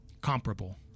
comparable